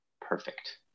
perfect